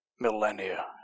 millennia